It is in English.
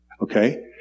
Okay